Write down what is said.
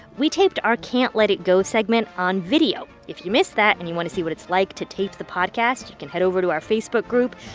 we taped our can't let it go segment on video. if you missed that and you want to see what it's like to tape the podcast, you can head over to our facebook group.